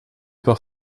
par